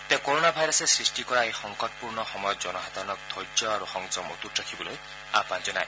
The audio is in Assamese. তেওঁ কৰ'না ভাইৰাছে সৃষ্টি কৰা এই সংকটপূৰ্ণ সময়ত জনসাধাৰণক ধৈৰ্য আৰু সংযম অটুট ৰাখিবলৈ আহান জনায়